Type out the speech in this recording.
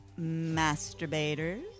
masturbators